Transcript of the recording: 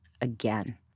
again